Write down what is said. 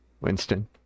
Winston